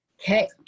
Okay